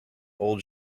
old